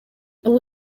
ubu